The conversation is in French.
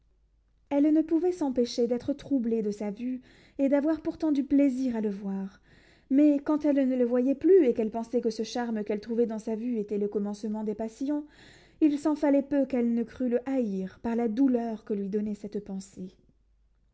elle ne pouvait s'empêcher d'être troublée de sa vue et d'avoir pourtant du plaisir à le voir mais quand elle ne le voyait plus et qu'elle pensait que ce charme qu'elle trouvait dans sa vue était le commencement des passions il s'en fallait peu qu'elle ne crût le haïr par la douleur que lui donnait cette pensée